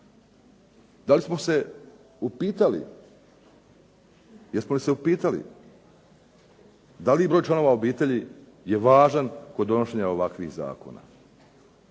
li se upitali da li broj članova obitelji je važan kod donošenja ovakvih zakona?